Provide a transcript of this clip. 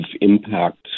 impact